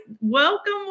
Welcome